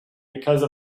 because